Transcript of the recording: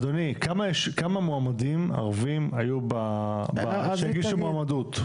אדוני, כמה מועמדים ערבים שהגישו מועמדות.